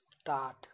start